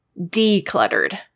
decluttered